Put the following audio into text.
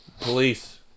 Police